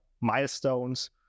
milestones